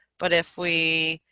but if we